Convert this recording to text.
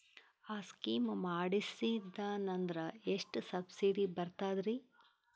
ಆ ಸ್ಕೀಮ ಮಾಡ್ಸೀದ್ನಂದರ ಎಷ್ಟ ಸಬ್ಸಿಡಿ ಬರ್ತಾದ್ರೀ?